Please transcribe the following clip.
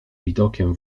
widokiem